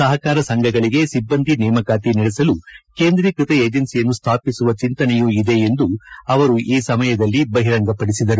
ಸಹಕಾರ ಸಂಘಗಳಿಗೆ ಸಿಬ್ಬಂದಿ ನೇಮಕಾತಿ ನಡೆಸಲು ಕೇಂದ್ರೀಕೃತ ಏಜೆನ್ಸಿಯನ್ನು ಸ್ಥಾಪಿಸುವ ಚಿಂತನೆಯೂ ಇದೆ ಎಂದು ಅವರು ಈ ಸಮಯದಲ್ಲಿ ಬಹಿರಂಗಪಡಿಸಿದರು